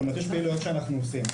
זאת אומרת, יש פעילויות שאנחנו עושים.